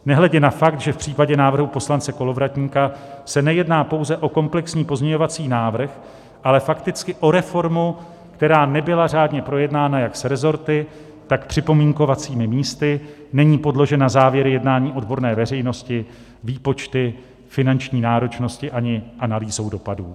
Nehledě na fakt, že v případě návrhu poslance Kolovratníka se nejedná pouze o komplexní pozměňovací návrh, ale fakticky o reformu, která nebyla řádně projednána jak s resorty, tak připomínkovacími místy, není podložen závěry jednání odborné veřejnosti, výpočty finanční náročnosti ani analýzou dopadů.